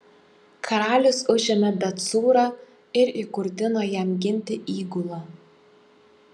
karalius užėmė bet cūrą ir įkurdino jam ginti įgulą